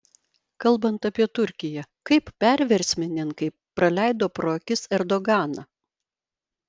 kalbant apie turkiją kaip perversmininkai praleido pro akis erdoganą